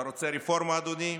אתה רוצה רפורמה, אדוני?